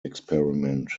experiment